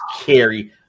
carry